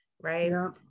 right